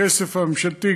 הכסף הממשלתי,